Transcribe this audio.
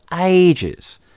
ages